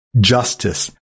Justice